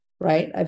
Right